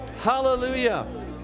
Hallelujah